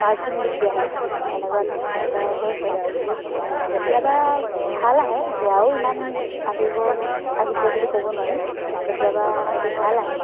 perfume Gucci আহে এনেকুৱা ধৰণৰ প্ৰায় হৈছে কেতিয়াবা ভাল আহে বেয়াও ইমান আহিব আহিছে বুলি ক'ব নোৱাৰি কেতিয়াবা হয়তো ভাল আহে